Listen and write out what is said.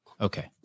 Okay